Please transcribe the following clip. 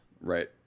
Right